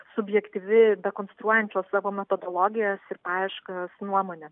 subjektyvi dekonstruojančios savo metodologijas ir paieškas nuomonė